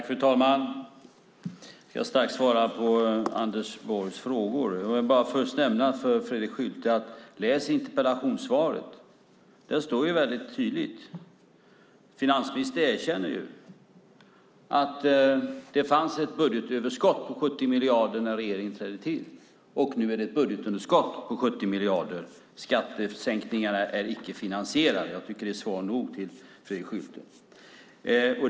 Fru talman! Jag ska strax svara på Anders Borgs frågor. Men jag vill först be Fredrik Schulte att läsa interpellationssvaret. Där står det tydligt. Finansministern erkänner att det fanns ett budgetöverskott på 70 miljarder när regeringen tillträdde. Nu är det ett budgetunderskott på 70 miljarder. Skattesänkningarna är icke finansierade. Jag tycker att det är svar nog till Fredrik Schulte.